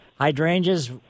hydrangeas